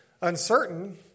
uncertain